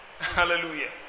Hallelujah